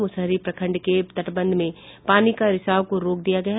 मुसहरी प्रखंड के तटबंध में पानी का रिसाव को रोक दिया गया है